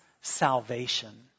salvation